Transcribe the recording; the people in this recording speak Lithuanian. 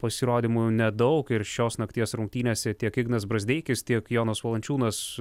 na pasirodymų nedaug ir šios nakties rungtynėse tiek ignas brazdeikis tiek jonas valančiūnas